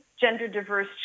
gender-diverse